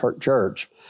church